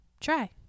try